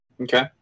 Okay